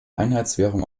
einheitswährung